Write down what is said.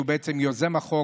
שהוא בעצם יוזם החוק.